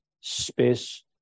space